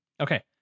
Okay